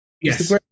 Yes